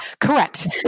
Correct